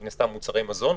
מן הסתם מוצרי מזון,